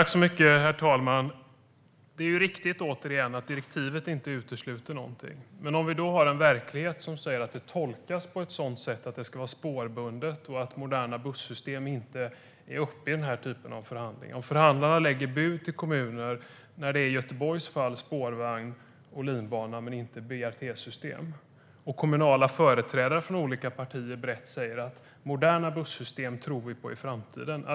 Herr talman! Det är återigen riktigt att direktivet inte utesluter någonting. Men verkligheten säger att det tolkas på ett sådant sätt att det ska vara spårbunden trafik och att moderna bussystem inte tas upp vid den här typen av förhandlingar. Förhandlarna lägger bud till kommunerna. I Göteborgs fall är det spårvagn och linbana, men inte BLT-system. Kommunala företrädare för olika partier säger att de tror på moderna bussystem för framtiden.